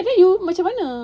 takde you macam mana